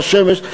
בשמש.